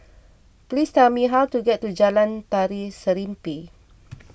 please tell me how to get to Jalan Tari Serimpi